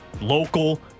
local